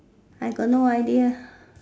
I got no idea